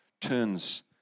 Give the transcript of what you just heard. turns